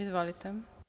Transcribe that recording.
Izvolite.